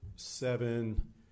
Seven